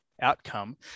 outcome